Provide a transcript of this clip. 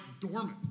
dormant